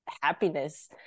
happiness